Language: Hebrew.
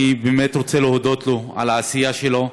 אני באמת רוצה להודות לו על העשייה שלו,